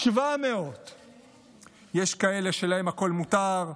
700. יש כאלה שלהם הכול מותר,